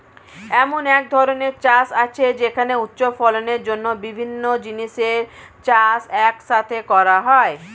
এমন এক ধরনের চাষ আছে যেখানে উচ্চ ফলনের জন্য বিভিন্ন জিনিসের চাষ এক সাথে করা হয়